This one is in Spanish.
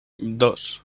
dos